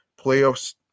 playoffs